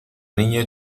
niña